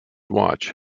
watch